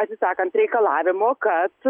atsisakant reikalavimo kad